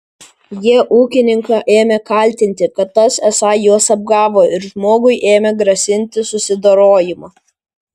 jie ūkininką ėmė kaltinti kad tas esą juos apgavo ir žmogui ėmė grasinti susidorojimu